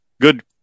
good